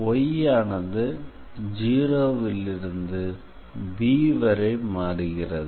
y ஆனது 0 ல் இருந்து b வரை மாறுகிறது